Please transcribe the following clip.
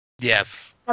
Yes